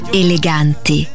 eleganti